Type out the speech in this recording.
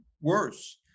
worse